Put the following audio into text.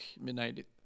Midnight